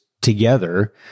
together